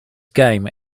game